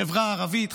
חברה ערבית,